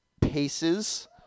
Paces